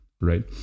right